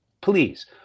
Please